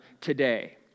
today